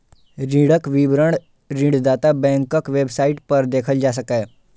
ऋणक विवरण ऋणदाता बैंकक वेबसाइट पर देखल जा सकैए